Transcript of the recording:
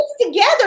together